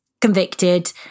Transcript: convicted